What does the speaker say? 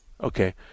Okay